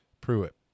Pruitt